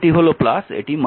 এটি হল এটি